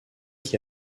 qui